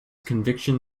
conviction